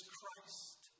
Christ